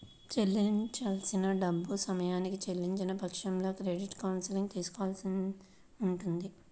చెల్లించాల్సిన డబ్బుల్ని సమయానికి చెల్లించని పక్షంలో క్రెడిట్ కౌన్సిలింగ్ తీసుకోవాల్సి ఉంటది